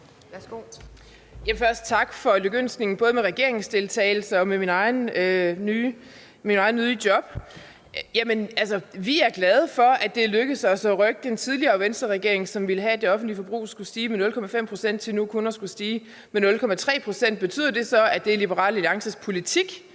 Egelund (LA): Først tak for lykønskningen med både regeringsdeltagelsen og med mit eget nye job. Jamen vi er glade for, at det er lykkedes os at rykke den tidligere Venstreregering, som ville have, at det offentlige forbrug skulle stige med 0,5 pct., så det nu kun skal stige med 0,3 pct. Betyder det så, at det er Liberal Alliances politik?